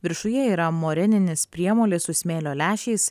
viršuje yra moreninis priemolis su smėlio lęšiais